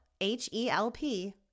H-E-L-P